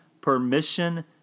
permission